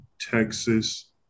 Texas